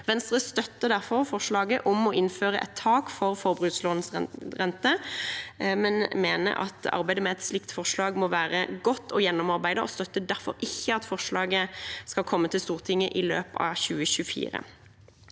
Venstre støtter derfor forslaget om å innføre et tak for forbrukslånsrenter, men mener at arbeidet med et slikt forslag må være godt og gjennomarbeidet, og vi støtter derfor ikke at forslaget skal komme til Stortinget i løpet av 2024.